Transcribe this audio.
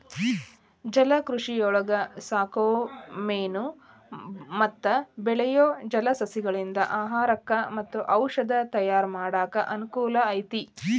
ಜಲಕೃಷಿಯೊಳಗ ಸಾಕೋ ಮೇನು ಮತ್ತ ಬೆಳಿಯೋ ಜಲಸಸಿಗಳಿಂದ ಆಹಾರಕ್ಕ್ ಮತ್ತ ಔಷದ ತಯಾರ್ ಮಾಡಾಕ ಅನಕೂಲ ಐತಿ